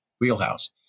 wheelhouse